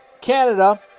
Canada